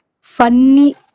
funny